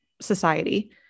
society